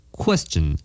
question